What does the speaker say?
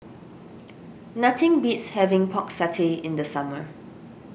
nothing beats having Pork Satay in the summer